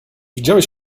widziałeś